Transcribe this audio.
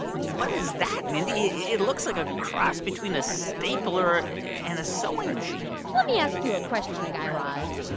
what is that, mindy? it looks like a cross between a stapler and a sewing machine let me ask you a question, guy raz.